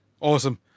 awesome